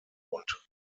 und